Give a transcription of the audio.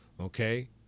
Okay